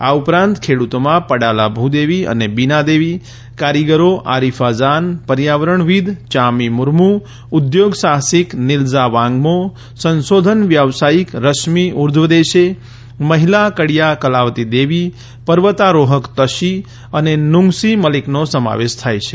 આ ઉપરાંત ખેડ઼તો પડાલા ભુદેવી અને બિનાદેવી કારીગરો આરીફા જાન પર્યાવરણ વિદ ચામી મુર્મુ ઉદ્યોગ સાહસિક નિલઝા વાંગમો સશોધન વ્યાવસાથિક રશ્મિ ઉર્ધ્વદેશે મહિલા કડીયા કલાવતી દેવી પર્વતારોહક તશી અને નુંગશી મલિકનો સમાવેશ થાય છે